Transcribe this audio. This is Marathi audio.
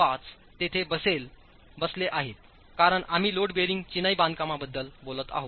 5 तेथे बसले आहेत कारण आम्हीलोड बेयरिंग चिनाई बांधकामांबद्दल बोलत आहो